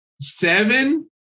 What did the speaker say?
seven